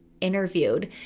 interviewed